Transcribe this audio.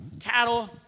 cattle